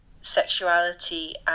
sexuality